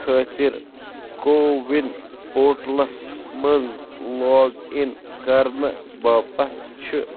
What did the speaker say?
خٲطر کووِن پورٹَلَس منٛز لاگ اِن کرنہٕ باپت چھِ